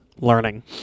learning